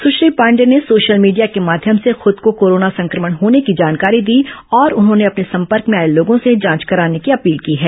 सुश्री पांडेय ने social media के माध्यम से खूद को कोरोना संक्रमण होने की जानकारी दी और उन्होंने अपने संपर्क में आए लोगों से जांच कराने की अपील की है